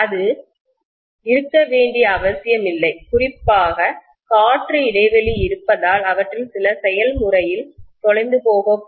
அது இருக்க வேண்டிய அவசியமில்லை குறிப்பாக காற்று இடைவெளி இருப்பதால் அவற்றில் சில செயல்முறையில் தொலைந்து போகக்கூடும்